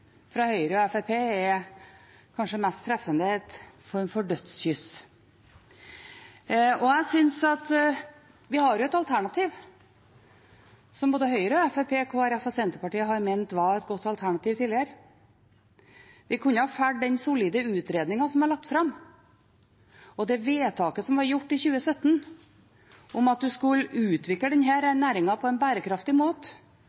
fra Høyre og Fremskrittspartiet, er kanskje – mest treffende – en form for dødskyss. Vi har et alternativ, som både Høyre, Fremskrittspartiet, Kristelig Folkeparti og Senterpartiet har ment var et godt alternativ tidligere: Vi kunne fulgt den solide utredningen som er lagt fram, og det vedtaket som ble gjort i 2017 om at en skulle utvikle denne næringen på en bærekraftig måte